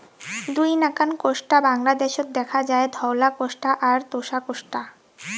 দুই নাকান কোষ্টা বাংলাদ্যাশত দ্যাখা যায়, ধওলা কোষ্টা আর তোষা কোষ্টা